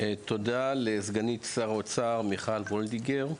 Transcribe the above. תודה לסגנית שם האוצר מיכל וולדיגר.